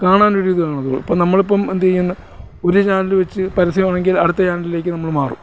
കാണാനൊരിതുള്ളു ഇപ്പം നമ്മളിപ്പം എന്തു ചെയ്യുന്നു ഒരു ചാനല് വെച്ച് പരസ്യമാണെങ്കിൽ അടുത്ത ചാനലിലേക്ക് നമ്മൾ മാറും